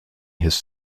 has